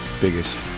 biggest